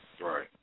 right